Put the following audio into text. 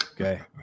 Okay